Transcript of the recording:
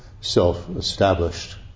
self-established